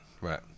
Right